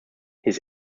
his